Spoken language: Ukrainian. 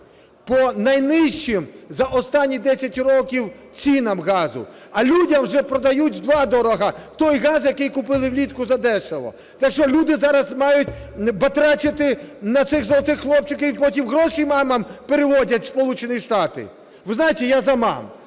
по найнижчим за останні 10 років цінам газу, а людям вже продають в два дорога той газ, який купили влітку задешево. Так що, люди зараз мають батрачити на цих "золотих хлопчиків", які потім гроші мамам переводять в Сполучені Штати? Ви знаєте, я за мам,